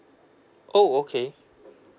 oh okay